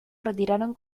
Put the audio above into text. retiraron